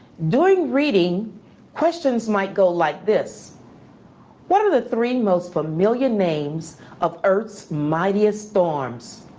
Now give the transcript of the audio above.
during reading questions might go like this what are the three most familiar names of earth's mightiest storms?